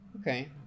Okay